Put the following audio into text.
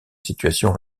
situation